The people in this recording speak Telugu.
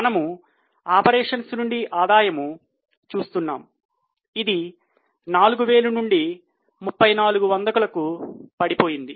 మనము ఆపరేషన్స్ నుండి ఆదాయం చూస్తున్నాము ఇది నాలుగు వేల నుండి 3400 కు పడిపోయింది